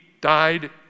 died